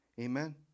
Amen